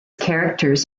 characters